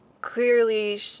clearly